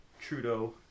Trudeau